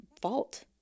fault